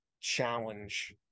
challenge